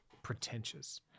pretentious